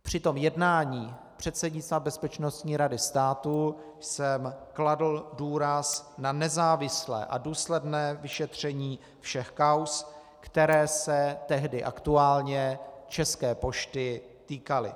Při tom jednání předsednictva Bezpečnostní rady státu jsem kladl důraz na nezávislé a důsledné vyšetření všech kauz, které se tehdy aktuálně České pošty týkaly.